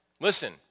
listen